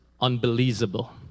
unbelievable